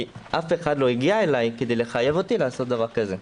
כי אף אחד לא הגיע אליי כדי לחייב אותי לעשות דבר כזה.